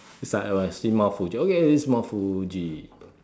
it's like when I see mount Fuji okay this is mount Fuji